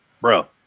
bro